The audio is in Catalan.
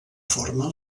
forma